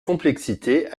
complexité